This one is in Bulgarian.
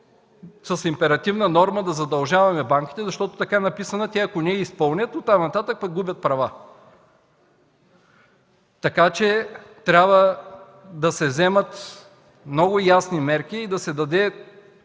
с императивна норма да задължаваме банките, защото така написана, те ако не я изпълнят, от там нататък губят права. Трябва да се вземат много ясни мерки и да се даде